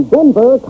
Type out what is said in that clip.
Denver